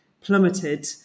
plummeted